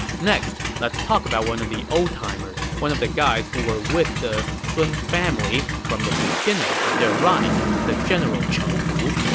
next, let's talk about one of the old-timers, one of the guys who were with the sun family from the beginning of their rise, the general cheng pu.